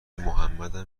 محمدم